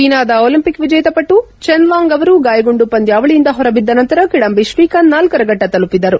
ಚೀನಾದ ಒಲಿಂಪಿಕ್ ವಿಜೇತ ಪಟು ಜೆನ್ಲಾಂಗ್ ಅವರು ಗಾಯಗೊಂಡು ಪಂದ್ಲಾವಳಿಯಿಂದ ಹೊರಬಿದ್ದ ನಂತರ ಕಿಡಂಬಿ ಶ್ರೀಕಾಂತ್ ನಾಲ್ಲರ ಫಟ್ಲ ತಲುಪಿದರು